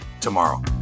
tomorrow